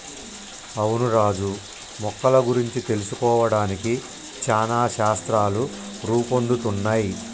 అవును రాజు మొక్కల గురించి తెలుసుకోవడానికి చానా శాస్త్రాలు రూపొందుతున్నయ్